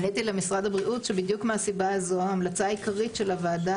עניתי למשרד הבריאות שבדיוק מהסיבה הזו ההמלצה העיקרית של הוועדה